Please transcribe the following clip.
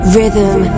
Rhythm